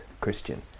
Christian